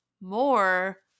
more